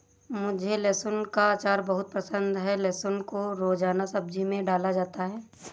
मुझे लहसुन का अचार बहुत पसंद है लहसुन को रोजाना सब्जी में डाला जाता है